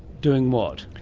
doing what?